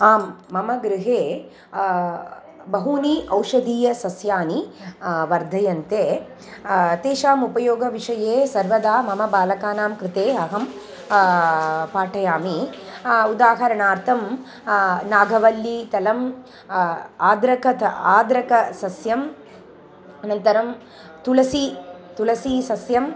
आम् मम गृहे बहूनि औषधीयसस्यानि वर्धन्ते तेषाम् उपयोगविषये सर्वदा मम बालकानां कृते अहं पाठयामि उदाहरणार्थं नागवल्लीतलं आद्रक त आद्रकसस्यम् अनन्तरं तुळसी तुळसीसस्यं